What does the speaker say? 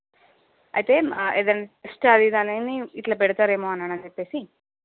అయితే ఏదయినా టెస్ట్ అది ఇదనని ఇట్లా పెడతారేమో అని అనని చెప్పేసి